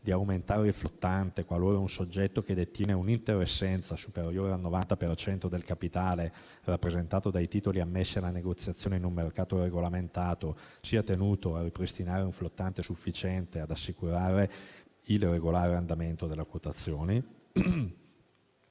di aumentare il flottante qualora un soggetto che detiene un'interessenza superiore al 90 per cento del capitale rappresentato dai titoli ammessi alla negoziazione in un mercato regolamentato sia tenuto a ripristinare un flottante sufficiente ad assicurare il regolare andamento della quotazione.